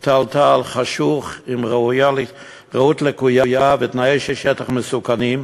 פתלתל, חשוך, עם ראות לקויה ותנאי שטח מסוכנים,